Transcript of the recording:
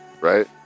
Right